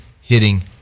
hitting